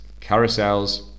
carousels